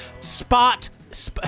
spot